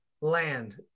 land